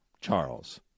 Charles